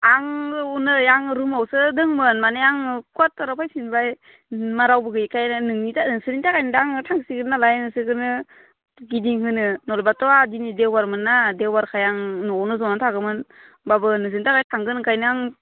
आंबो हनै आङो रुमावसो दंमोन माने आङो क्वाटाराव फैफिनबाय मा रावबो गोयैखाय नोंनि थाखाय नोंसोरनि थाखायनो दा आङो थांसिगोन नालाय नोंसोरजोंनो गिदिंहोनो नङाबाथ' दिनै देवबार मोन्ना देवबारखाय आं न'आवनो जना थागौमोन होमबाबो नोंसोरनो थाखाय थांगोन ओंखायनो आं